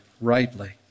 rightly